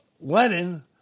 Lenin